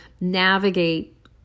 navigate